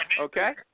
okay